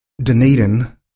Dunedin